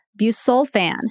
busulfan